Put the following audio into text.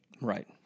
Right